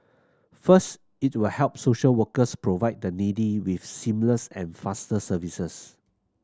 first it will help social workers provide the needy with seamless and faster services